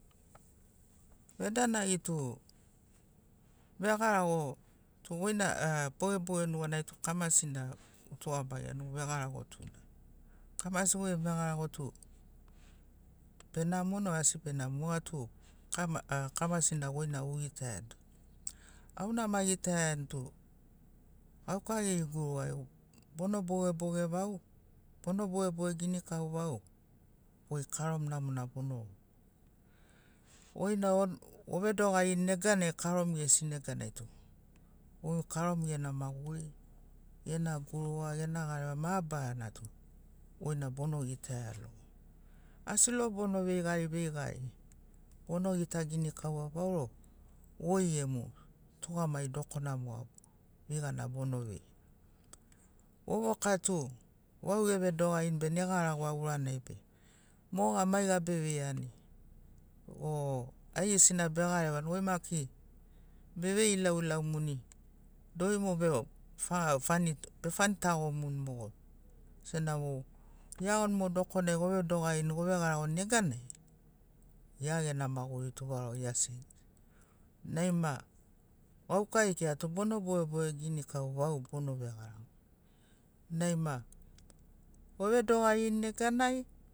Vedanagi tu vegarago tu goina bogeboge nuganai tu kamasina otugamagiani vegarago tuna kamasi goi gemu vegarago tu benamoni o asi benamoni moga tu kamasina goina ogitaiani auna ama gitaiani tu gauka geri gurugai bono bogeboge vau bono bogeboge ginikau vau goi karomu namona bono goi na ovedogarini neganai karomu gesi neganai tu goi karomu gena maguri gena guruga gena gareva mabarana tu goina bono gitaia logo asi logo bono veigari veigari bono gita ginikaua vau rogo goi gemu tugamagi dokona moga veigana bono veia vovoka tu vau evedogarini bene garagoa uranai be moga maiga beveiani o aigesina begarevani goi maki bevei ilauilaumuni dori mo befag befani tagomuni mogo sena mo eagoni mo dokonai ovedogarini ovegaragoni neganai gia gena maguri tu varau ea senisini nai ma gauka ekirato bono bogeboge ginikau vau bono vegarago nai ma ovedogarini neganai